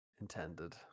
intended